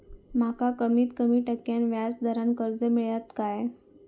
माका कमीत कमी टक्क्याच्या व्याज दरान कर्ज मेलात काय?